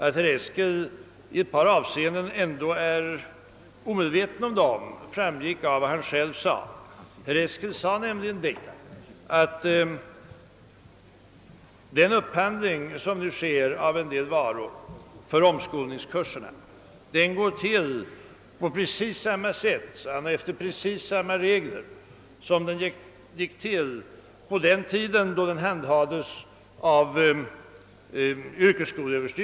Att herr Eskel i ett par avseenden ändå är omedveten om dessa förhållanden framgick av vad han själv sade, nämligen att upphandlingen av en del varor för omskolningskurserna nu går till på samma sätt och efter samma regler som då den handhades av överstyrelsen för yrkesutbildning.